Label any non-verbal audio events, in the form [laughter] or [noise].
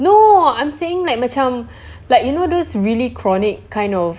no I'm saying like macam [breath] like you know those really chronic kind of